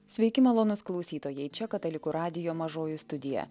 sveiki malonūs klausytojai čia katalikų radijo mažoji studija